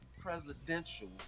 presidential